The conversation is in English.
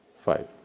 five